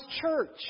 church